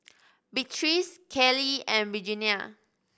Beatrice Kelly and Regenia